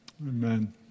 Amen